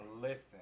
listen